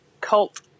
cult